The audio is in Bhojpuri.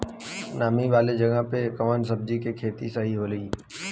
नामी वाले जगह पे कवन सब्जी के खेती सही होई?